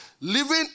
living